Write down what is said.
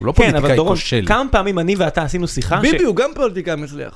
הוא לא פוליטיקאי כושל. כן, אבל דורון, כמה פעמים אני ואתה עשינו שיחה ש... ביבי הוא גם פוליטיקאי מצליח.